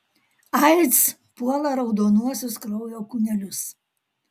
aids puola raudonuosius kraujo kūnelius